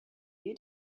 you